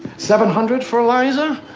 seven hundred for eliza?